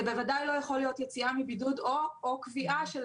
זה בוודאי לא יכול להיות יציאה מבידוד או קביעה של